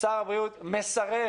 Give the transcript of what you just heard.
שר הבריאות מסרב